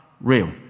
real